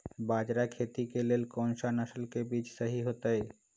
बाजरा खेती के लेल कोन सा नसल के बीज सही होतइ?